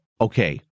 okay